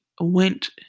went